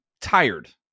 tired